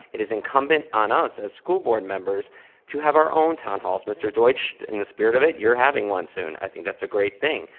it is incumbent on us as school board members to have our own town halls. mr. deutsch, in the spirit of it, you're having one soon. i that's a great thing.